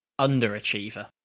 Underachiever